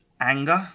anger